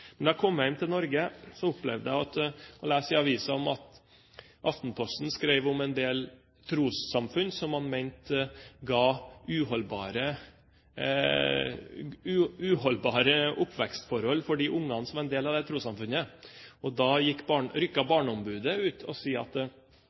Men da jeg kom hjem til Norge, opplevde jeg at Aftenposten skrev om trossamfunn som man mente ga uholdbare oppvekstforhold for de ungene som var en del av de trossamfunnene. Da rykket barneombudet ut og